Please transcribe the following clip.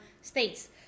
states